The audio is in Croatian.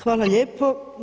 Hvala lijepo.